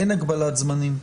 אין הגבלת זמנים?